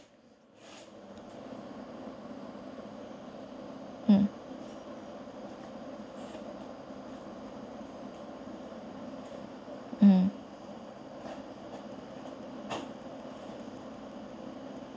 uh uh